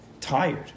tired